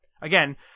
again